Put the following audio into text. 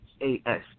A-S